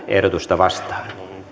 ehdotusta vastaan